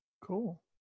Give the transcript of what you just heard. Cool